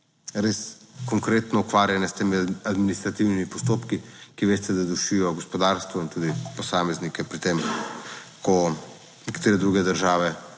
res konkretno ukvarjanje s temi administrativnimi postopki, ki veste, da dušijo gospodarstvo in tudi posameznike pri tem, ko nekatere druge države